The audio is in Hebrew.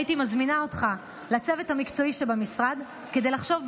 הייתי מזמינה אותך לצוות המקצועי שבמשרד כדי לחשוב יחד,